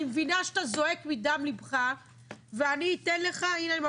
אני מבינה שאתה זועק מדם לבך ואני אתן לך - הנה,